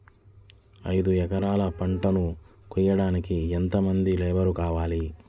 ఐదు ఎకరాల పంటను కోయడానికి యెంత మంది లేబరు కావాలి?